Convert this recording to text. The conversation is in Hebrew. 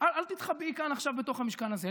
אל תתחבאי כאן עכשיו בתוך המשכן הזה.